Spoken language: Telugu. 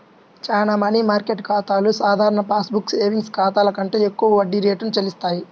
చాలా మనీ మార్కెట్ ఖాతాలు సాధారణ పాస్ బుక్ సేవింగ్స్ ఖాతాల కంటే ఎక్కువ వడ్డీ రేటును చెల్లిస్తాయి